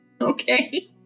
Okay